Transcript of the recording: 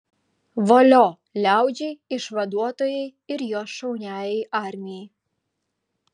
valio liaudžiai išvaduotojai ir jos šauniajai armijai